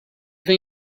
they